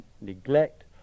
neglect